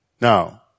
Now